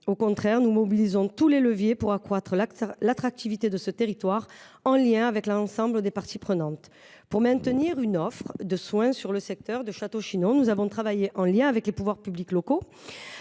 Au contraire, nous mobilisons tous les leviers pour accroître l’attractivité de ce territoire, en lien avec l’ensemble des parties prenantes. Pour maintenir une offre de soins sur le secteur de Château-Chinon, nous avons travaillé, en lien avec les pouvoirs publics locaux,